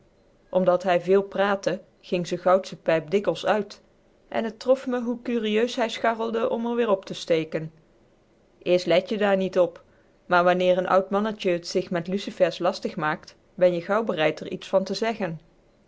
omdat hij veel praatte ging z'n goudsche pijp dikwijls uit en t trof me hoe curieus hij scharrelde om r weer op te steken eerst let je daar niet op maar wanneer n oud mannetje t zich met lucifers lastig maakt ben je gauw bereid r iets van te zeggen